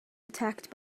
attacked